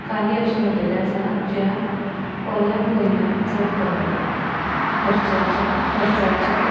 कांय अशीं हॉटेलां आसा ज्या ओल्या म्हयन्यांत चड परवडटा खर्च्याच्या खर्चाच्या